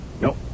Nope